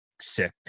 sick